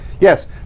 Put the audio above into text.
Yes